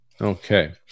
Okay